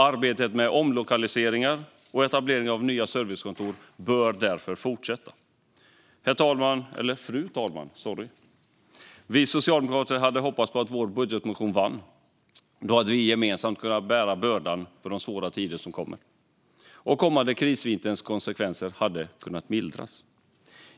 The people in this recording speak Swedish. Arbetet med omlokaliseringar och etableringen av nya servicekontor bör därför fortsätta. Fru talman! Vi socialdemokrater hade hoppats att vår budgetmotion skulle vinna, för då hade vi gemensamt kunnat bära bördan av de svåra tider som kommer, och den kommande krisvinterns konsekvenser hade kunnat mildras.